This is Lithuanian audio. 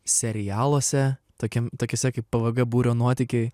serialuose tokiem tokiuose kaip pvg būrio nuotykiai